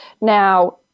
Now